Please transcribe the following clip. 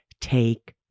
Take